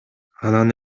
анан